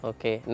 Okay